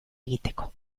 egiteko